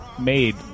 made